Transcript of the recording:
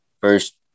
first